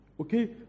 Okay